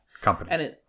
company